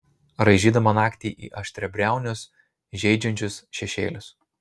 raižydama naktį į aštriabriaunius žeidžiančius šešėlius